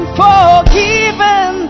forgiven